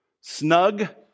Snug